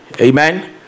Amen